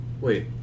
wait